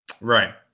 Right